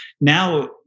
now